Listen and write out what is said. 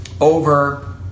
over